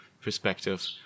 perspective